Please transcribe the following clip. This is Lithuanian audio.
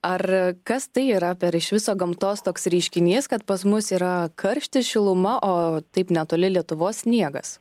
ar kas tai yra per iš viso gamtos toks reiškinys kad pas mus yra karštis šiluma o taip netoli lietuvos sniegas